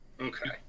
Okay